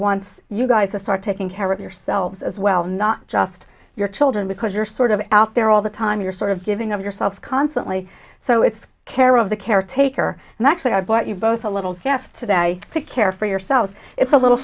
wants you guys to start taking care of yourselves as well not just your children because you're sort of out there all the time you're sort of giving of yourself constantly so it's care of the caretaker and actually i brought you both a little jeff today to care for yourselves it's a little